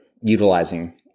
utilizing